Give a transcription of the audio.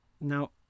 Now